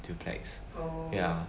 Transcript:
duplex ya